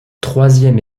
troisième